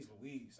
louise